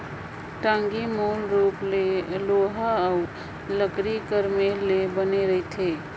टागी मूल रूप ले लोहा अउ लकरी कर मेल मे बने रहथे